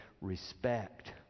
respect